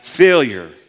Failure